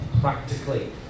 practically